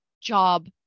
job